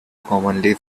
commonly